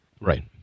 Right